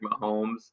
Mahomes